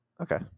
Okay